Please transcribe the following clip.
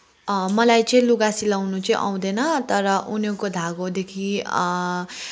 मलाई चाहिँ लुगा सिलाउनु चाहिँ आउँदैन तर ऊनको धागोदेखि